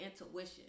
intuition